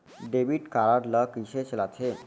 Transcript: Debit card ला कइसे चलाते?